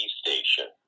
station